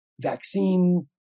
vaccine